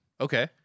Okay